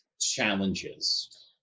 challenges